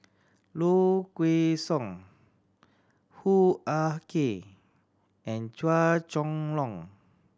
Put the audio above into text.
Low Kway Song Hoo Ah Kay and Chua Chong Long